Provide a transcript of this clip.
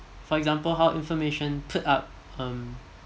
for example how information put out um